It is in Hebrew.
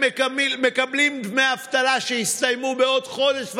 הם מקבלים דמי אבטלה שיסתיימו בעוד חודש וחצי,